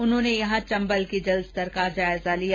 उन्होंने यहां चंबल के जल स्तर का जायजा लिया